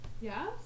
Yes